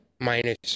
minus